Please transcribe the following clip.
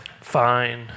Fine